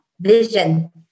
vision